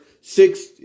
six